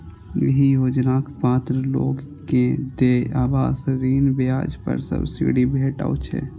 एहि योजनाक पात्र लोग कें देय आवास ऋण ब्याज पर सब्सिडी भेटै छै